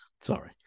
Sorry